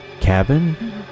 cabin